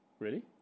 really